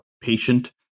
patient